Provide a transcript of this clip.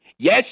Yes